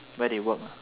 where they work ah